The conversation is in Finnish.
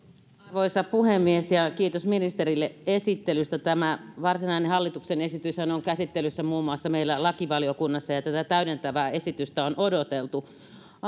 arvoisa puhemies kiitos ministerille esittelystä tämä varsinainen hallituksen esityshän on käsittelyssä muun muassa meillä lakivaliokunnassa ja tätä täydentävää esitystä on odoteltu